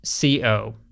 co